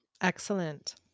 Excellent